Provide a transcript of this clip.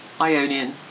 Ionian